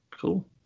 Cool